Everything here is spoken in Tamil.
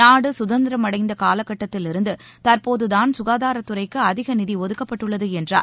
நாடு சுதந்திரமடைந்த காலகட்டத்தில் இருந்து தற்போதுதான் சுகாதாரத் துறைக்கு அதிக நிதி ஒதுக்கப்பட்டுள்ளது என்றார்